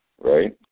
right